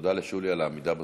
תודה לשולי על העמידה בזמנים.